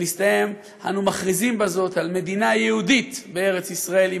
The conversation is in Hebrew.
ונסתיים באנו מכריזים בזאת על מדינה יהודית בארץ ישראל,